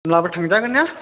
होमब्लाबो थांजागोनना